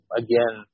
again